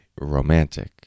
romantic